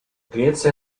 греция